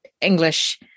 English